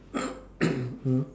mm